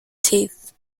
teeth